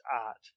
art